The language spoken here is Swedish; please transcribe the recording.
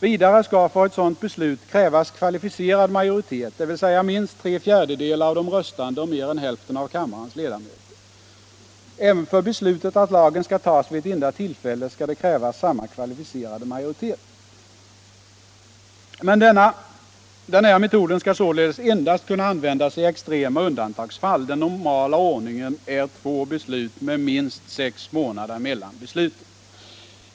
Vidare skall för ett sådant beslut - Nr 149 krävas kvalificerad majoritet, dvs. minst tre fjärdedelar av de röstande Fredagen den och mer än hälften av kammarens ledamöter. Även för beslutet att lagen 4 juni 1976 skall tas vid ett enda tillfälle skall det krävas samma kvalificerade majoritet. Men den här metoden skall således endast kunna användas i = Frioch rättigheter extrema undantagsfall. Den normala ordningen är två beslut med minst = i grundlag sex månader mellan besluten.